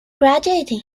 graduating